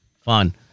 fun